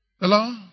Hello